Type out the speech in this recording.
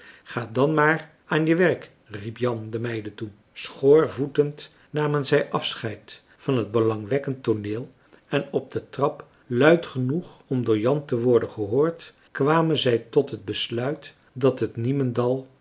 gaat dan maar aan je werk riep jan de meiden toe schoorvoetend namen zij afscheid van het belangwekkend tooneel en op de trap luid genoeg om door jan te worden gehoord kwamen zij tot het besluit dat het niemendal